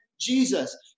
Jesus